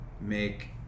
make